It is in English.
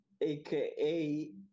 AKA